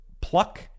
pluck